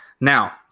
Now